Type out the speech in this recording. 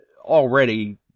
already